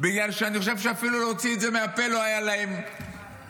בגלל שאני חושב שאפילו להוציא את זה מהפה לא היה להם כוח.